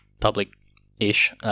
public-ish